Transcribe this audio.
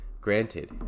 granted